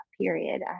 period